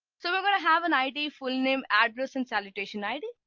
so we're going to have an id full name address and salutation id,